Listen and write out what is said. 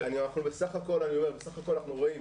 בסך הכול אנחנו רואים